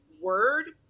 word